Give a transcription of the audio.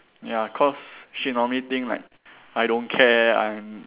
ya cause she normally think like I don't care I'm